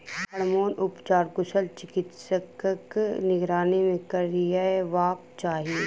hormone उपचार कुशल चिकित्सकक निगरानी मे करयबाक चाही